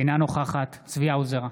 אינה נוכחת צבי האוזר,